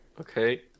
Okay